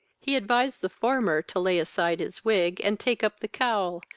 he advised the former to lay aside his wig, and take up the cowl,